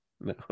no